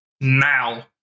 now